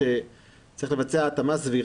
כל מעון שהוא מעל שבעה ילדים נדרש לקבל אישור ראשוני,